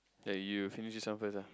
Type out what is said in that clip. yeah you finish this one first ah